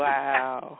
Wow